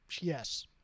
Yes